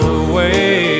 away